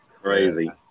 Crazy